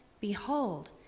Behold